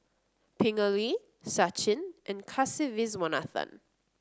Pingali Sachin and Kasiviswanathan